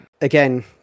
again